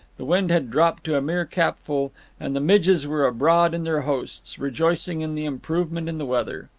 the wind had dropped to a mere capful and the midges were abroad in their hosts, rejoicing in the improvement in the weather.